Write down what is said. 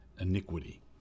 iniquity